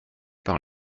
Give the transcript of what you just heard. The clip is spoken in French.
par